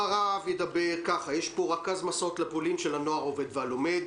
אחריו ידבר רכז מסעות לפולין של הנוער העובד והלומד,